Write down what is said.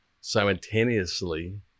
simultaneously